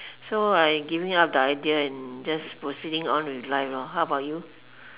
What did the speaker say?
so I giving up the idea and just proceeding on with life lor how about you